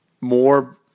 more